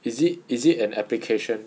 is it is it an application